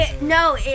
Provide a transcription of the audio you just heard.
No